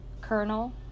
Colonel